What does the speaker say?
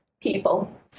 People